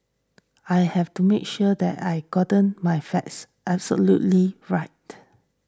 I have to make sure then I gotten my facts absolutely right